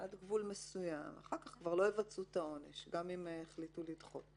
עד גבול מסוים ואחר כך כבר לא יבצעו את העונש גם אם יחליטו לדחות.